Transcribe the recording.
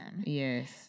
Yes